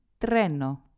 treno